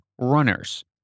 runners